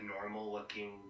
normal-looking